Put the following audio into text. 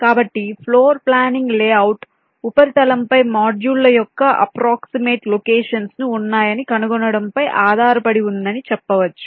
కాబట్టి floor planning layout ఉపరితలంపై మాడ్యూళ్ల యొక్క అప్ప్రోక్సిమేట్ లోకేషన్స్ ను ఉన్నాయని కనుగొనడంపై ఆధారపడి ఉందని చెప్పవచ్చు